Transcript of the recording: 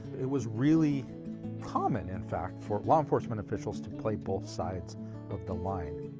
it was really common, in fact, for law enforcement officials to play both sides of the line.